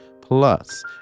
Plus